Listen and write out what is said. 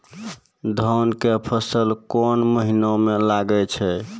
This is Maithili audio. धान के फसल कोन महिना म लागे छै?